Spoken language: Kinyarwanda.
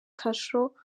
kasho